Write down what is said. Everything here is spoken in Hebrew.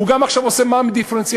הוא עכשיו גם עושה מע"מ דיפרנציאלי.